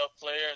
players